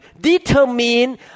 determine